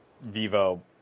Vivo